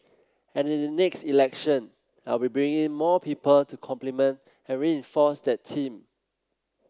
and in the next election I will be bringing in more people to complement and reinforce that team